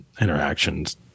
interactions